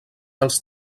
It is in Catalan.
als